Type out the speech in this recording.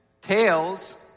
Tails